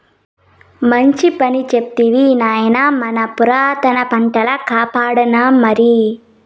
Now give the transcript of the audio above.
మంచి పని చేస్తివి నాయనా మన పురాతన పంటల కాపాడాల్లమరి